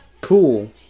Cool